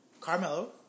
Carmelo